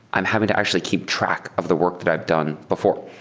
i'm having to actually keep track of the work that i've done before.